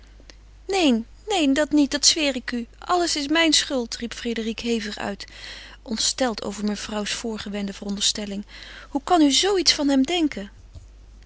neen neen dat niet dat zweer ik u alles is mijn schuld riep frédérique hevig uit ontsteld over mevrouws voorgewende veronderstelling hoe kan u zoo iets van hem denken